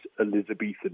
Elizabethan